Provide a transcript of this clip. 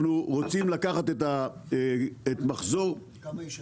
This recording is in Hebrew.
אנחנו רוצים לקחת את מחזור --- כמה יש היום?